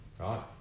Right